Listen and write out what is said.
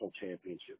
championship